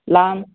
ꯂꯝ